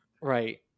right